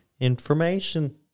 information